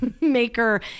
maker